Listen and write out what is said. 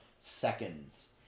seconds